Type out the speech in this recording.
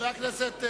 חבר הכנסת אפללו.